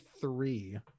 three